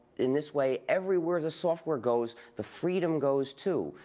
in this way everywhere the software goes, the freedom goes, too.